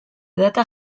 data